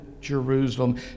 Jerusalem